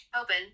open